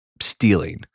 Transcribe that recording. stealing